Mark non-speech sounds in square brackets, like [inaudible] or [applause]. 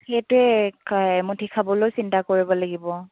সেইটোৱে [unintelligible] এমুঠি খাবলৈও চিন্তা কৰিব লাগিব